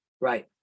Right